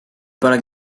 pole